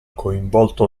coinvolto